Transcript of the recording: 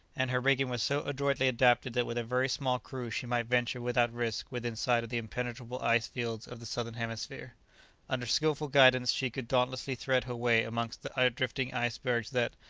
and her rigging was so adroitly adapted that with a very small crew she might venture without risk within sight of the impenetrable ice-fields of the southern hemisphere under skilful guidance she could dauntlessly thread her way amongst the drifting ice-bergs that,